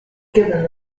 given